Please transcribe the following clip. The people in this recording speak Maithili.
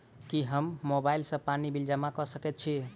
की हम मोबाइल सँ पानि बिल जमा कऽ सकैत छी?